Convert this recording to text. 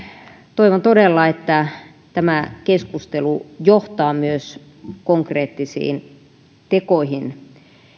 toivon todella että tämä keskustelu johtaa myös konkreettisiin tekoihin